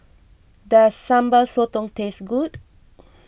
does Sambal Sotong taste good